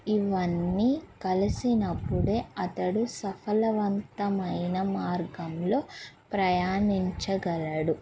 ఇవన్నీ కలిసినప్పుడే అతడు సఫలవంతమైన మార్గంలో ప్రయాణించగలడు